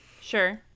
Sure